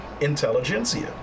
intelligentsia